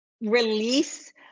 release